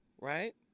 Right